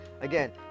again